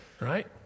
right